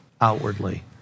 outwardly